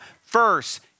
first